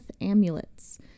amulets